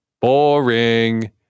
Boring